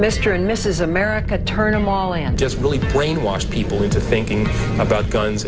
mr and mrs america turn a mall and just really brainwash people into thinking about guns